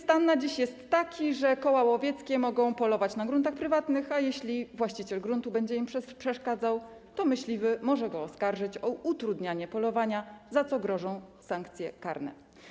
Stan na dziś jest taki, że koła łowieckie mogą polować na gruntach prywatnych, a jeśli właściciel gruntu będzie im przeszkadzał, myśliwy może go oskarżyć o utrudnianie polowania, za co grożą sankcje karne.